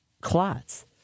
clots